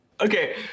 Okay